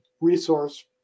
resource